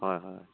হয় হয়